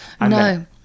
No